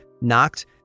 knocked